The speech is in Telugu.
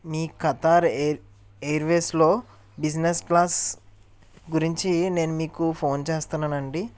మీ కతర్ ఎయిర్ ఎయిర్వేస్లో బిజినెస్ క్లాస్ గురించి నేను మీకు ఫోన్ చేస్తున్నాను అండి